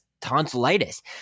tonsillitis